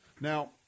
Now